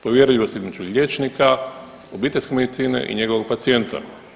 Povjerljivosti između liječnika obiteljske medicine i njegovog pacijenta.